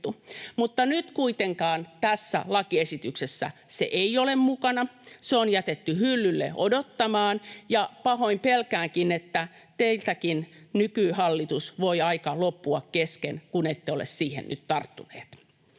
Mutta nyt kuitenkaan tässä lakiesityksessä se ei ole mukana. Se on jätetty hyllylle odottamaan, ja pahoin pelkäänkin, että teiltäkin, nykyhallitus, voi aika loppua kesken, kun ette ole siihen nyt tarttuneet.